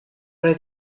oedd